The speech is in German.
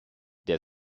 der